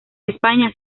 españa